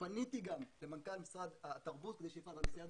ופניתי גם למנכ"ל משרד התרבות כדי שיפעל בנושא הזה.